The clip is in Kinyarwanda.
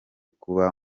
kuba